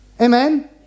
Amen